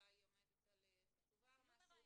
אולי היא עומדת על חצובה או משהו,